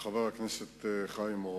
חבר הכנסת חיים אורון,